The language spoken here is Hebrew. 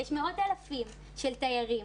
יש מאות אלפים של תיירים,